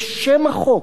בשם החוק,